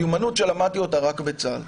מיומנות שלמדתי אותה רק בצה"ל.